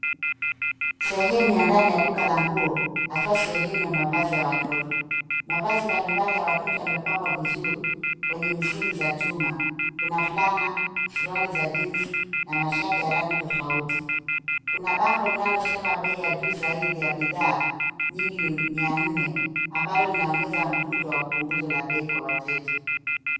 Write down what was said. Sehemu ya ndani ya duka la nguo haswa sehemu ya mavazi ya watoto. Mavazi mbalimbali ya watoto yamepangwa vizuri kwenye misingi za chuma. Kuna fulana suruali za jeans na mashati ya rangi tofauti. Kuna bango linalosema bei ya juu zaidi ya bidhaa, nyingi ni mia nne ambalo linaongeza mvuto wa punguzo la bei kwa wateja.